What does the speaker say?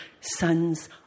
sons